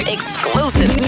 Exclusive